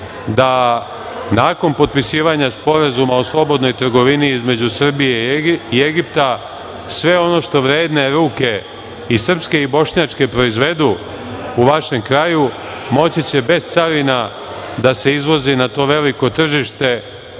da nakon potpisivanja Sporazuma o slobodnoj trgovini između Srbije i Egipta sve ono što vredne ruke i srpske i bošnjačke proizvedu u vašem kraju moći će bez carina da se izvozi na to veliko tržište